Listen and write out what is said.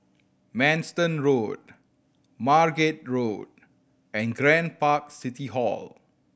Manston Road Margate Road and Grand Park City Hall